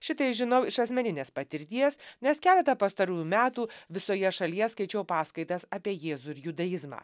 šitai žinau iš asmeninės patirties nes keletą pastarųjų metų visoje šalyje skaičiau paskaitas apie jėzų ir judaizmą